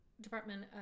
department